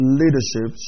leadership